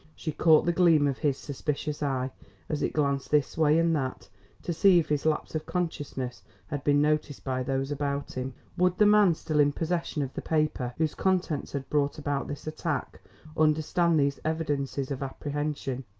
she caught the gleam of his suspicious eye as it glanced this way and that to see if his lapse of consciousness had been noticed by those about him. would the man still in possession of the paper whose contents had brought about this attack understand these evidences of apprehension?